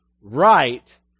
right